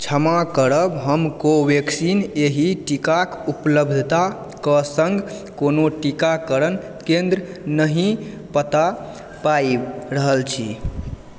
क्षमा करब हम कोवेक्सिन एहि टीकाक उपलब्धताक सङ्ग कोनो टीकाकरण केन्द्र नहि पता पाबि रहल छी